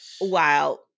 Wow